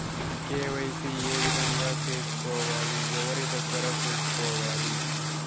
KYC ఏ విధంగా సేసుకోవాలి? ఎవరి దగ్గర సేసుకోవాలి?